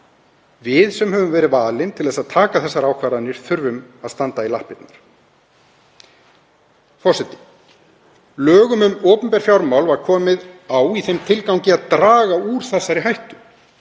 Við sem höfum verið valin til að taka þessar ákvarðanir þurfum að standa í lappirnar. Forseti. Lögum um opinber fjármál var komið á í þeim tilgangi að draga úr þessari hættu.